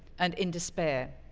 and in despair.